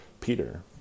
peter